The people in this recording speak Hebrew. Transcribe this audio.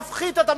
נפחית את המספרים.